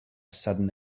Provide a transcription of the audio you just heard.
sudden